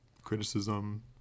criticism